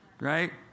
Right